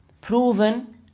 Proven